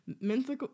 Mental